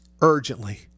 urgently